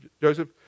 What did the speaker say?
Joseph